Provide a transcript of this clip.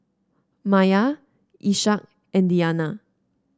Maya Ishak and Diyana